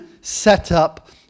setup